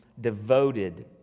devoted